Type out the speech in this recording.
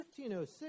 1506